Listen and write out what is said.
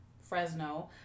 Fresno